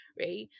right